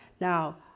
Now